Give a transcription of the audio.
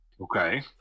Okay